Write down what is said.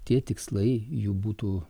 tie tikslai jų būtų